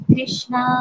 Krishna